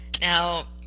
Now